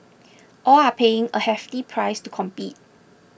all are paying a hefty price to compete